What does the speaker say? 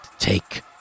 take